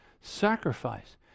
sacrifice